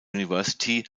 university